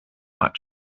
much